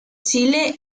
chile